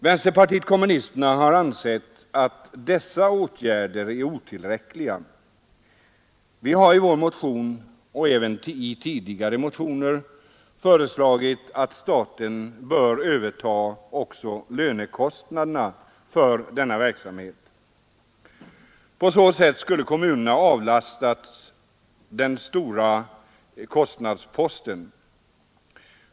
Vänsterpartiet kommunisterna har ansett dessa åtgärder otillräckliga. Vi har i vår motion — och även i tidigare motioner — föreslagit att staten även bör stå för lönekostnaderna för denna verksamhet. På så sätt skulle kommunerna avlastas denna stora kostnad.